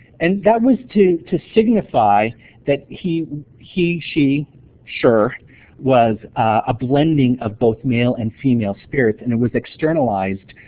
and that was to to signify that he he she sher was a blending of both male and female spirits and it was externalized